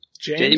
James